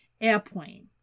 airplane